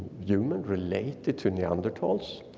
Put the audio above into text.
human, related to neanderthals.